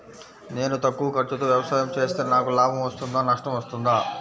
నేను తక్కువ ఖర్చుతో వ్యవసాయం చేస్తే నాకు లాభం వస్తుందా నష్టం వస్తుందా?